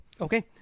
Okay